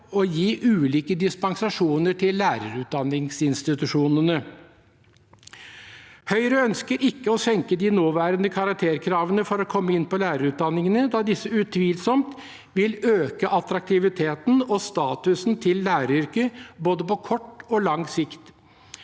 å gi ulike dispensasjoner til lærerutdanningsinstitusjonene. Høyre ønsker ikke å senke de nåværende karakterkravene for å komme inn på lærerutdanningene, da disse utvilsomt vil øke attraktiviteten og statusen til læreryrket, på både kort og lang sikt.